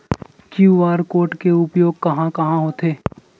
QR code के उपयोग कहां कहां होथे?